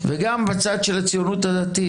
וגם בצד של הציונות הדתית,